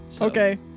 Okay